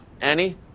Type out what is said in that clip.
Annie